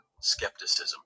skepticism